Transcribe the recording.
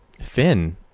Finn